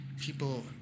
people